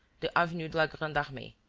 the avenue de la grande-armee.